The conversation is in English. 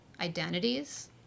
identities